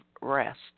rest